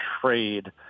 trade